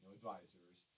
advisors